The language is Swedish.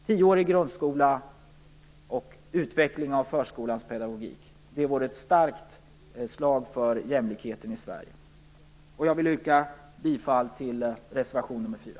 Tioårig grundskola och utveckling av förskolans pedagogik vore ett starkt slag för jämlikheten i Sverige. Jag vill yrka bifall till reservation nr 4.